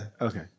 Okay